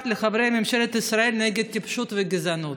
לחברי ממשלת ישראל נגד טיפשות וגזענות?